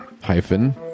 hyphen